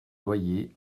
loyers